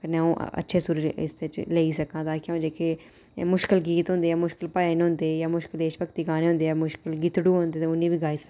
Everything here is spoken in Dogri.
कन्नै आं'ऊ अच्छे सुर च इसी लेई सकां ताकि आं'ऊ जेहके मुश्कल गीत होंदे जां मुश्कल भजन होंदे जां देश भक्ति दे गाने होंदे जां मुश्कल गीतड़ू होंदे ते उ'नें गी बी गाई सकां